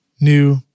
new